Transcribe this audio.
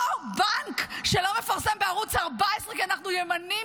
אותו בנק שלא מפרסם בערוץ 14 כי אנחנו ימנים,